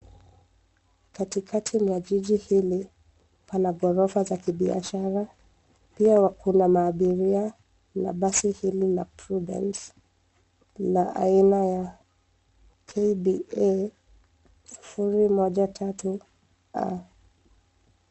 Katikati mwa jiji hili, pana ghorofa za kibiashara, pia kuna maabiria, na basi hili la prudence la aina ya KBA 013 A.